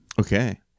Okay